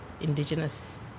indigenous